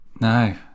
No